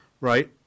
right